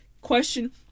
question